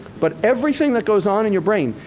but everything that goes on in your brain,